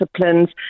disciplines